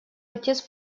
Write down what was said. отец